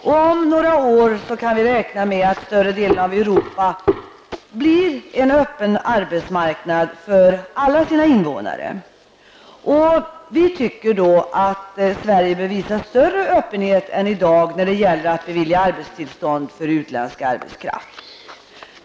Om några år kan vi räkna med att större delen av Europa blir en öppen arbetsmarknad för alla Europas invånare. Vi menar att Sverige bör visa större öppenhet än i dag när det gäller att bevilja arbetstillstånd för utländsk arbetskraft.